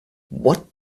what